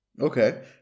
Okay